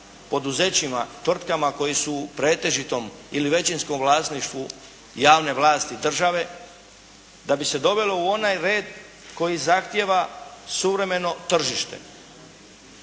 poduzećima, tvrtkama koje su u pretežitom ili većinskom vlasništvu javne vlasti države, da bi se dovelo u onaj red koji zahtijeva suvremeno tržište.